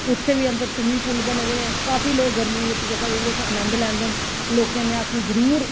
उत्थें बी अंदर स्विमिंग पूल बने दे काफी लोक गर्मियें बिच्च जेह्का जाइयै उत्थै आनंद लैंदे न ते लोकें गी में आक्खनी जरूर